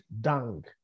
dung